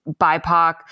BIPOC